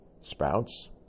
sprouts